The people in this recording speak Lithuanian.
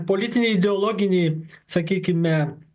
politinį ideologinį sakykime